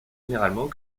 généralement